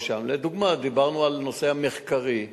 לדוגמה, דיברנו על הנושא המחקרי,